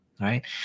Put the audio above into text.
Right